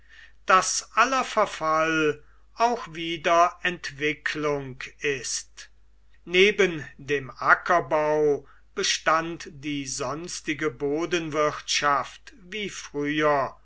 daß aller verfall auch wieder entwicklung ist neben dem ackerbau bestand die sonstige bodenwirtschaft wie früher